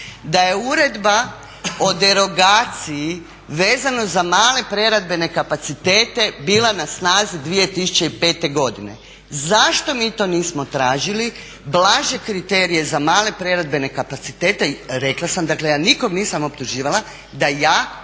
da je Uredba o derogaciji vezano za male preradbene kapacitete bila na snazi 2005. godine. Zašto mi to nismo tražili, blaže kriterije za male preradbene kapacitete, rekla sam, dakle ja nikog nisam optuživala da ja,